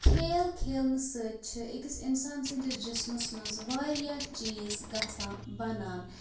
کھیل کھیلنہٕ سۭتۍ چھِ أکِس اِنسان سٕنٛدِس جِسمَس منٛز واریاہ چیٖز گژھان بَنان